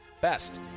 best